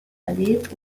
erlebt